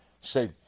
say